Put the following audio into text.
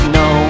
no